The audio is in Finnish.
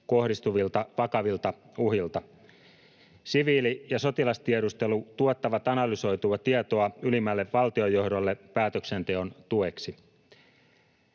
kohdistuvilta vakavilta uhilta. Siviili- ja sotilastiedustelu tuottavat analysoitua tietoa ylimmälle valtiojohdolle päätöksenteon tueksi.